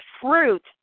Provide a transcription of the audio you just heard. fruit